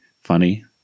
funny